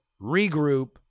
regroup